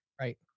Right